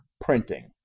printing